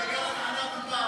הוא עוד לא מכר את המדינה